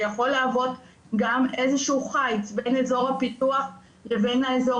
שיכול להוות גם איזה שהוא חיץ בין אזור הפיתוח לבין האזור